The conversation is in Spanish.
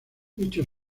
dicho